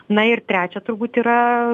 na ir trečia turbūt yra